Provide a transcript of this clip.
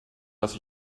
dass